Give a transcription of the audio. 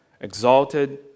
exalted